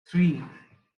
three